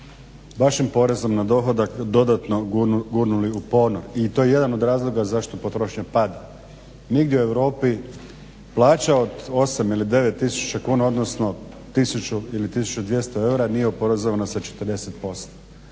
vašim porezom na dohodak dodatno gurnuli u ponor i to je jedan od razloga zašto potrošnja pada. Nigdje u Europi plaća od 8 ili 9 tisuća kuna, odnosno 1000 ili 1200 eura nije oporezovana sa 40%.